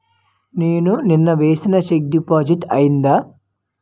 నేను నిన్న వేసిన చెక్ డిపాజిట్ అయిందా?